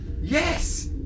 Yes